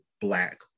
black